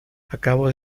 acabo